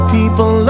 People